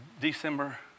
December